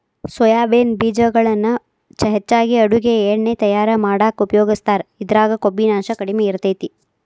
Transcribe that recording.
soybean ಬೇಜಗಳನ್ನ ಹೆಚ್ಚಾಗಿ ಅಡುಗಿ ಎಣ್ಣಿ ತಯಾರ್ ಮಾಡಾಕ ಉಪಯೋಗಸ್ತಾರ, ಇದ್ರಾಗ ಕೊಬ್ಬಿನಾಂಶ ಕಡಿಮೆ ಇರತೇತಿ